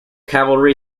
calvary